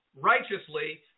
righteously